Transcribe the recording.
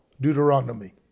Deuteronomy